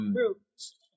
True